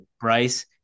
Bryce